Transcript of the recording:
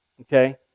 Okay